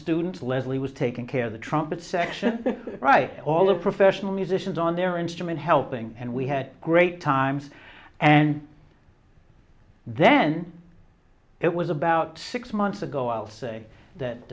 student leslie was taking care of the trumpet section right all the professional musicians on their instrument helping and we had great times and then it was about six months ago i'll say that